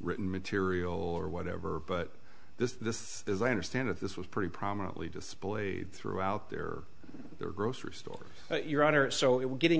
written material or whatever but this this as i understand it this was pretty prominently displayed throughout their their grocery store your honor so it was getting